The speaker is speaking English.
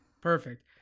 Perfect